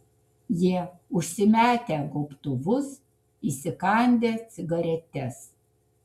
jie užsimetę gobtuvus įsikandę cigaretes